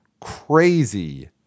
crazy